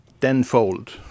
tenfold